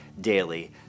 daily